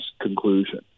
conclusion